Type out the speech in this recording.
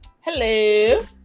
hello